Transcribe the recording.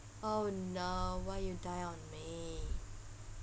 oh no why you die on me